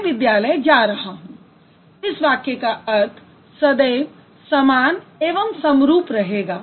मैं विद्यालय जा रहा हूँ इस वाक्य का अर्थ सदैव समान एवं समरूप रहेगा